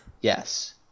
Yes